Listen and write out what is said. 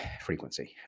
frequency